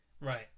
Right